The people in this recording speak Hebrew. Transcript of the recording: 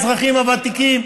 האזרחים הוותיקים,